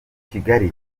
kigali